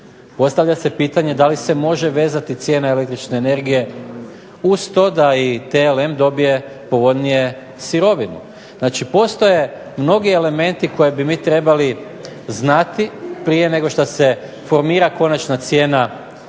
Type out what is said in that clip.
Postavlja se pitanje da li se može vezati cijena električne energije uz to da i TLM dobije povoljnije sirovinu. Znači postoje mnogi elementi koje bi mi trebali znati prije nego što se formira konačna cijena za Aluminij